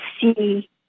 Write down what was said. see